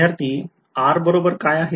विध्यार्थी r बरोबर काय आहे